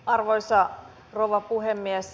arvoisa rouva puhemies